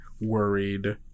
worried